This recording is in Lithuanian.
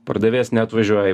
pardavėjas neatvažiuoja